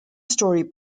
story